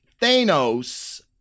Thanos